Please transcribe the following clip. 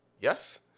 Yes